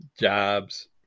jobs